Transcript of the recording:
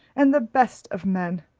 and the best of men